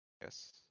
yes